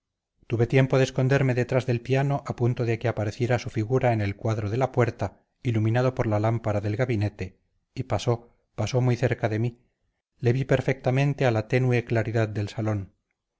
tuve tiempo de esconderme detrás del piano a punto que aparecía su figura en el cuadro de la puerta iluminado por la lámpara del gabinete y pasó pasó muy cerca de mí le vi perfectamente a la tenue claridad del salón